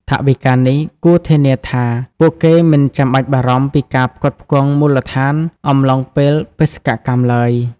ថវិកានេះគួរធានាថាពួកគេមិនចាំបាច់បារម្ភពីការផ្គត់ផ្គង់មូលដ្ឋានអំឡុងពេលបេសកកម្មឡើយ។